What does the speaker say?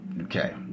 okay